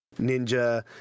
Ninja